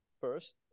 first